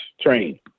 train